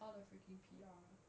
all the freaking P_R